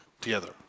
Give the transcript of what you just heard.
together